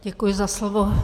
Děkuji za slovo.